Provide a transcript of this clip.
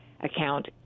account